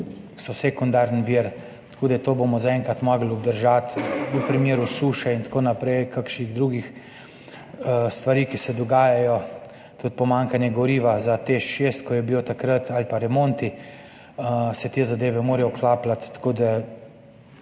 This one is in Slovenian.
so sekundarni vir. Tako da to bomo zaenkrat morali obdržati, v primeru suše in tako naprej, kakšnih drugih stvari, ki se dogajajo, tudi pomanjkanja goriva za TEŠ 6, ki je bilo takrat, ali pa remontov, se te zadeve morajo vklapljati.